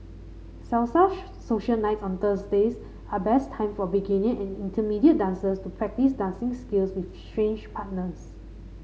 salsa social nights on Thursdays are best time for beginner and intermediate dancers to practice dancing skills with strange partners